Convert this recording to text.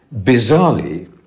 bizarrely